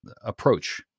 approach